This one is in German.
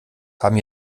haben